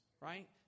right